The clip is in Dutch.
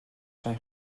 zijn